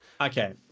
Okay